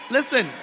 Listen